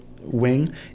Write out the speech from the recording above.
wing